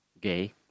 gay